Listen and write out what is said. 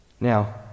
now